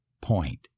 point